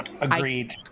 Agreed